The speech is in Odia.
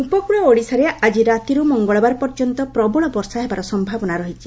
ଓଡ଼ିଶା ରେନ୍ ଉପକୂଳ ଓଡ଼ିଶାରେ ଆଜି ରାତିରୁ ମଙ୍ଗଳବାର ପର୍ଯ୍ୟନ୍ତ ପ୍ରବଳ ବର୍ଷା ହେବାର ସମ୍ଭାବନା ରହିଛି